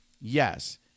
yes